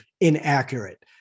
inaccurate